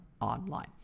online